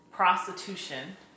prostitution